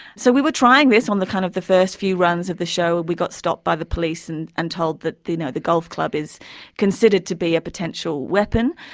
so we were trying this on the kind of the first few runs of the show, and we got stopped by the police and and told that the you know the golf club is considered to be a potential weapon.